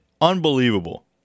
Unbelievable